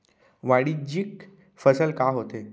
वाणिज्यिक फसल का होथे?